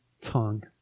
tongue